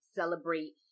celebrate